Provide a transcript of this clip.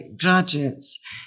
graduates